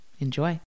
Enjoy